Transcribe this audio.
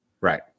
Right